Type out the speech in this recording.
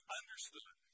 understood